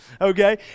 okay